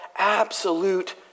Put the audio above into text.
absolute